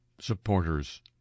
supporters